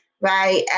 right